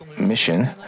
mission